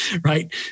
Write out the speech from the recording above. right